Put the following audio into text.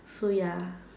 so ya